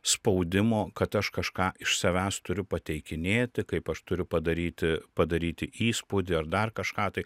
spaudimo kad aš kažką iš savęs turiu pateikinėti kaip aš turiu padaryti padaryti įspūdį ar dar kažką tai